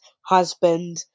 husband